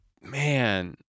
man